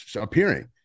appearing